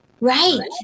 Right